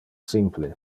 simple